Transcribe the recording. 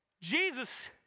Jesus